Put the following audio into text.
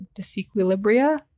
disequilibria